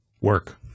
work